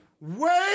Wait